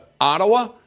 Ottawa